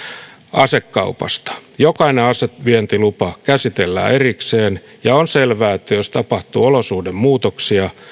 asekaupasta jokainen asevientilupa käsitellään erikseen ja on selvää että jos tapahtuu olosuhdemuutoksia